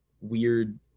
weird